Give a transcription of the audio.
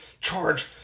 charge